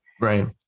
Right